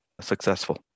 successful